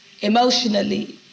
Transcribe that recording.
emotionally